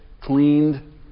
cleaned